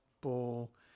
Ball